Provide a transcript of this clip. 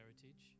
heritage